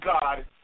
God